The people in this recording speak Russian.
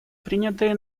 принятые